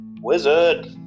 wizard